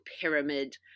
pyramid